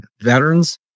veterans